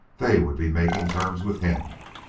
they would be making terms with him.